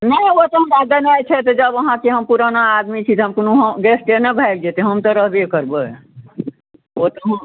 नहि ओ तऽ हमरा देनाइ छै तऽ जब अहाँके हम पुराना आदमी छी तऽ हम कोनो गेस्टे ने भागि जेतै हम तऽ रहबे करबै ओ तऽ हम